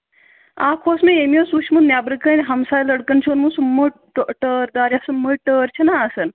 اَکھ اوس مےٚ یہِ مےٚ اوس وُچھمُت نٮ۪برٕ کَنۍ ہمساے لٔڑکَن چھُ اوٚنمُت سُہ موٚٹ ٹہٕ ٹٲر دار یَتھ سُہ مٔٹۍ ٹٲر چھِنہ آسان